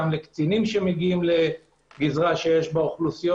גם לקצינים שמגיעים לגזרה שיש בה אוכלוסיות